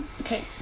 okay